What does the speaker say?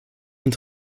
und